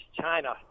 China